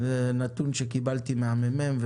נתון קשה מאוד שקיבלתי מהממ"מ.